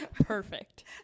Perfect